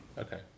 Okay